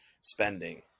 spending